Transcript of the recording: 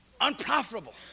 unprofitable